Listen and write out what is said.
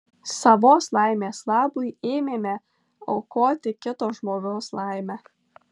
savos laimės labui ėmėme aukoti kito žmogaus laimę